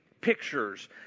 pictures